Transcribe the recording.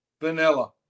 Vanilla